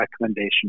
recommendation